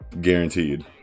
guaranteed